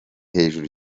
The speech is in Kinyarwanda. hejuru